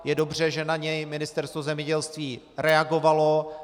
Je dobře, že na ni Ministerstvo zemědělství reagovalo.